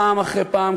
פעם אחרי פעם,